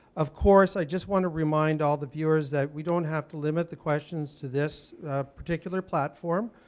of course, i just want to remind all the viewers that we don't have to limit the questions to this particular platform.